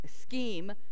scheme